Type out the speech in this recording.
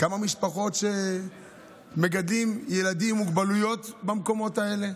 כמה משפחות מגדלות ילדים עם מוגבלויות במקומות האלה,